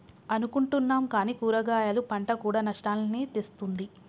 అనుకుంటున్నాం కానీ కూరగాయలు పంట కూడా నష్టాల్ని తెస్తుంది